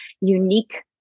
unique